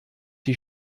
die